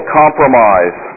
compromise